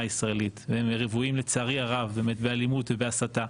הישראלית ולצערי הרב הם רוויים באלימות ובהסתה,